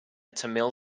tamil